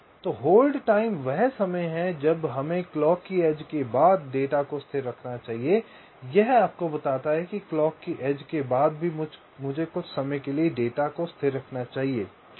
तो hold time वह समय है जब हमें क्लॉक की एज के बाद डेटा को स्थिर रखना चाहिए यह आपको बताता है कि क्लॉक की एज के बाद भी मुझे कुछ समय के लिए डेटा को स्थिर रखना चाहिए क्यों